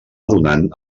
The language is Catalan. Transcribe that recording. donant